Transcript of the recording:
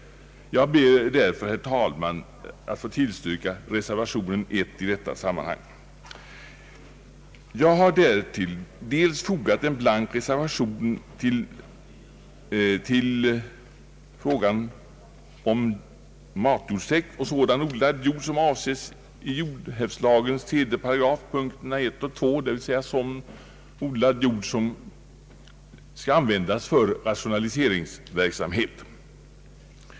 Jag ber därför, herr talman, att få tillstyrka reservation I. Jag har dessutom till utskottets utlåtande fogat en blank reservation beträffande matjordstäkt å sådan odlad jord som avses i 3 §, p. 1 och 2, d.v.s. sådan odlad jord som skall användas för rationaliseringsverksamhet.